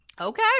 okay